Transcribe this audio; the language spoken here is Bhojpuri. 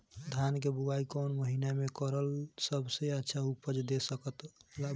धान के बुआई कौन महीना मे करल सबसे अच्छा उपज दे सकत बा?